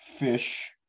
fish